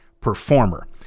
performer